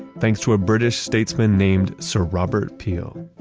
thanks to a british statesman named sir robert peel